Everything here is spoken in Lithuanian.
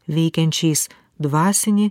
veikiančiais dvasinį